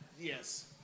Yes